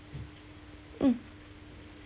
mm